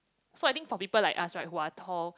so I think for people like us right who are tall